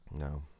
no